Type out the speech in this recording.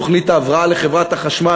תוכנית ההבראה לחברת החשמל.